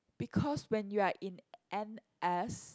because when you are in N_S